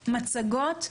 מצגות,